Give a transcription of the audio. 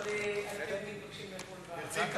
אבל אתם מתבקשים לאכול מחוץ למליאה.